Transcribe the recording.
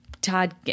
Todd